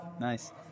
nice